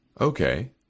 Okay